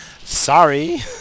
sorry